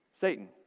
Satan